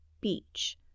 beach